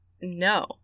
no